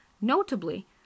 notably